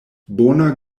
bona